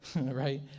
right